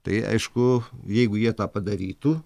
tai aišku jeigu jie tą padarytų